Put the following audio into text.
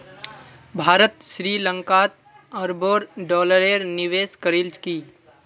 भारत श्री लंकात अरबों डॉलरेर निवेश करील की